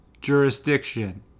jurisdiction